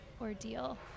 ordeal